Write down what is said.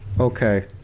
Okay